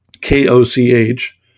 K-O-C-H